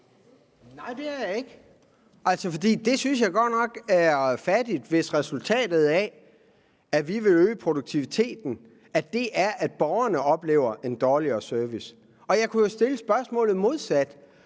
Nej, det er jeg ikke, for det synes jeg godt nok er fattigt, altså hvis resultatet af, at vi vil øge produktiviteten, er, at borgerne oplever en dårligere service. Jeg kunne jo stille spørgsmålet modsat: